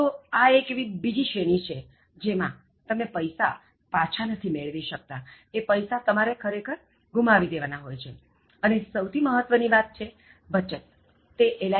તો આ એવી એક બીજી શ્રેણી છે જેમાં તમે પૈસા પાછા નથી મેળવી શકતા અને સહુથી મહત્ત્વ ની વાત છે બચતતે એલ